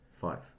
five